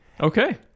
Okay